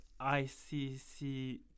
ICC